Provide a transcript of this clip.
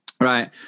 right